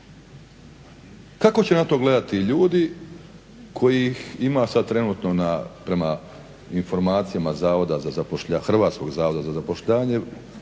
Kako će na to gledati ljudi kojih ima sad trenutno prema informacijama Hrvatskog zavoda za zapošljavanje